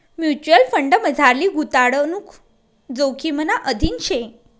mutual फंडमझारली गुताडणूक जोखिमना अधीन शे